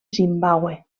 zimbàbue